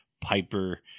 Piper